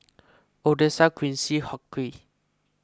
Odessa Quincy Hughie